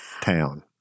town